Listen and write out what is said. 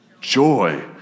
joy